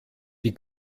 die